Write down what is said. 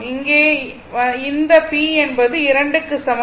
இங்கே இந்த p என்பது 2 க்கு சமம்